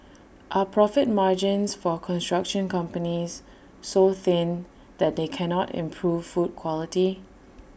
are profit margins for construction companies so thin that they can not improve food quality